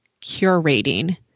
curating